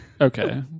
Okay